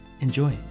Enjoy